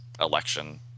election